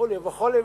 וכו' וכו'.